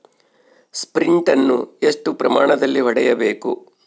Sprint ಅನ್ನು ಎಷ್ಟು ಪ್ರಮಾಣದಲ್ಲಿ ಹೊಡೆಯಬೇಕು?